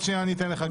עוד שנייה אתן לך גם.